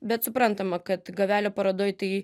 bet suprantama kad gavelio parodoj tai